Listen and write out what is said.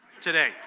today